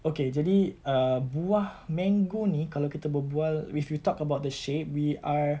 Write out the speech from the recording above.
okay jadi err buah mango ini kalau kita berbual if we talk about the shape we are